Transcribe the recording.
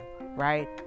right